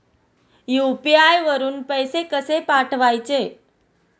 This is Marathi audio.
यु.पी.आय वरून पैसे कसे पाठवायचे?